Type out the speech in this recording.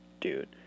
Dude